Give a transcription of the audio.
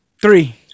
three